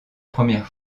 première